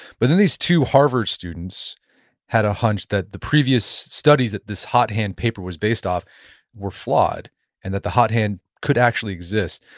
but then these two harvard students had a hunch that the previous studies that this hot hand paper was based off were flawed and that the hot hand could actually exist.